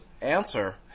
answer